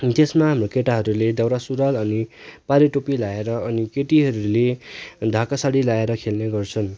त्यसमा हाम्रो केटाहरूले दौरा सुरुवाल अनि पाढे टोपी लाएर अनि केटिहरूले ढाका सारी लाएर खेल्ने गर्छन्